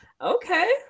okay